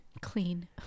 clean